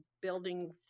building